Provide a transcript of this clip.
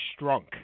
Strunk